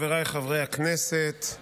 חבריי חברי הכנסת,